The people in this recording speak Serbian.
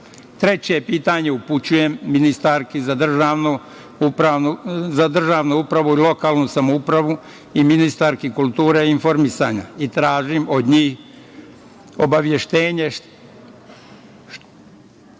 rente? Treće pitanje upućujem ministarki za državnu upravu i lokalnu samoupravu i ministarki kulture i informisanja i tražim od njih obaveštenje –